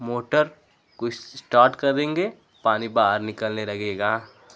motor को start करेंगे पानी बाहर निकलने लगेगा